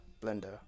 blender